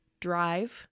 drive